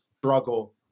struggle